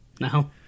No